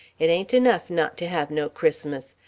it ain't enough not to have no christmas.